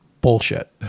bullshit